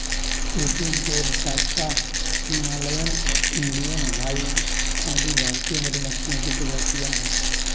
Apis dorsata, Himalayan, Indian hive आदि भारतीय मधुमक्खियों की प्रजातियां है